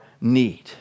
need